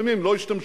לי